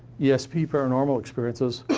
yeah esp paranormal experiences,